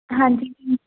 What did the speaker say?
ਹਾਂਜੀ ਜੀ